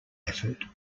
effort